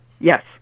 Yes